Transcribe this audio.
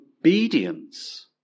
obedience